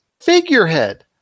figurehead